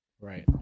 Right